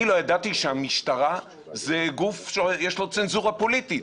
אני לא ידעתי שהמשטרה זה גוף שיש לו צנזורה פוליטית.